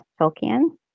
Tolkien